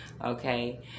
Okay